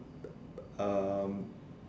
um